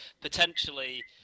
potentially